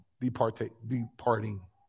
departing